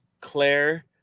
Claire